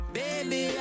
baby